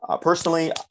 Personally